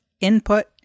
Input